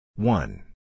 One